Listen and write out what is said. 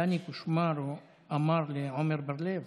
דני קושמרו אמר לעמר בר לב,